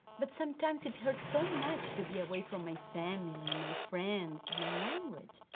but sometimes it hurts so much to be away from my family, my friends, my language.